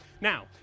Now